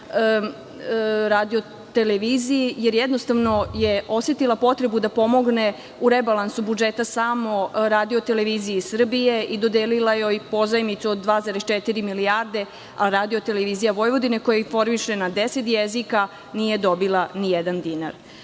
radio televiziji, jer jednostavno je osetila potrebu da pomogne u rebalansu budžeta samo radio televiziji Srbije i dodelila joj pozajmicu od 2,4 milijarde, a radio televizija Vojvodine koja informiše na deset jezika nije dobila ni jedan dinar. Zatim,